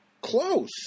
close